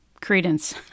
credence